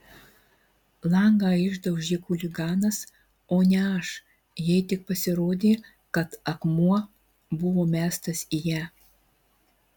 langą išdaužė chuliganas o ne aš jai tik pasirodė kad akmuo buvo mestas į ją